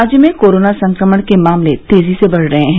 राज्य में कोरोना संक्रमण के मामले तेजी से बढ़ रहे हैं